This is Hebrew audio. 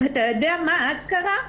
אתה יודע מה קרה אז?